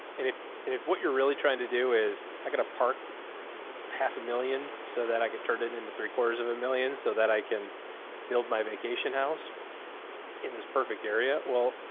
and if, if what you're really trying to do is i'm going to park half a million so that i can turn it into three quarters of a million so that i can build my vacation house in this perfect area. well,